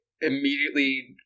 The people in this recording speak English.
immediately